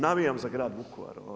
Navijam za grad Vukovar.